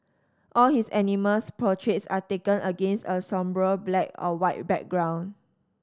all his animals portraits are taken against a sombre black or white background